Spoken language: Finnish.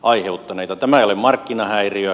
tämä ei ole markkinahäiriö